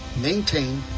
maintain